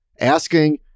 asking